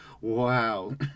Wow